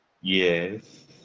Yes